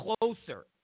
closer